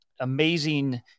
amazing